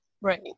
Right